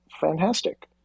fantastic